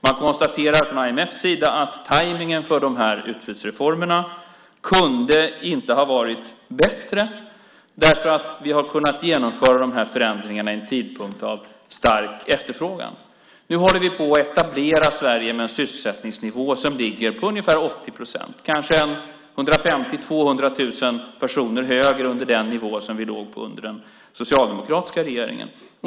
Man konstaterar från IMF:s sida att tajmningen för dessa utbudsreformer inte kunde ha varit bättre, därför att vi har kunnat genomföra dem vid en tidpunkt av stark efterfrågan. Nu håller vi på att etablera Sverige med en sysselsättningsnivå på ungefär 80 procent, kanske 150 000-200 000 personer högre än den nivå vi låg på under den socialdemokratiska regeringen.